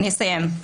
אני אסיים.